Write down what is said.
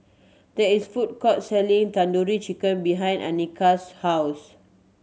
there is food court selling Tandoori Chicken behind Annice's house